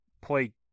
play –